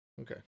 Okay